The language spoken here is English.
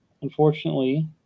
Unfortunately